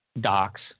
docs